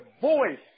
voice